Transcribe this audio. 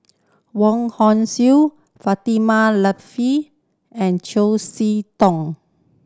Wong Hong Suen Fatimah and See Tong